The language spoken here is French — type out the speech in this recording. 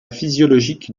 physiologique